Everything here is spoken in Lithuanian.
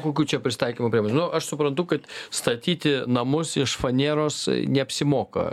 kokių čia prisitaikymo priemonių nu aš suprantu kad statyti namus iš fanieros neapsimoka